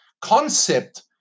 concept